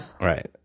Right